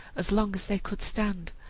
as long as they could stand,